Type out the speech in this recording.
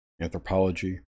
anthropology